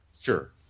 Sure